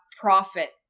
profit